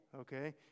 okay